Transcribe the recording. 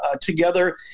together